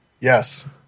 Yes